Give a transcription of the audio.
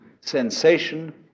sensation